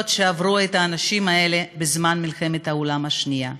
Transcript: שעברו האנשים האלה בזמן מלחמת העולם השנייה.